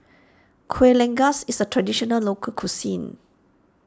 Kuih Lengas is a Traditional Local Cuisine